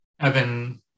Evan